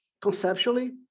conceptually